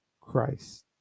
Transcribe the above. Christ